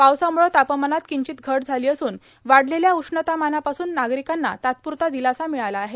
पावसामुळं तापमानात किंचित घट झाली असून वाढलेल्या उष्णतामानापासून नागरिकांना तात्पुरता दिलासा भिळाला आहे